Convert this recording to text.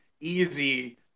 easy